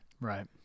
Right